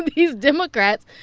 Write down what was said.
these democrats,